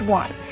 one